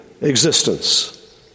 existence